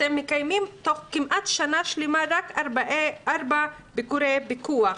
אתם מקיימים בכמעט שנה שלמה רק 4 ביקורי פיקוח.